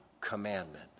commandment